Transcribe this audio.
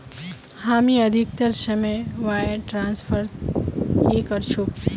हामी अधिकतर समय वायर ट्रांसफरत ही करचकु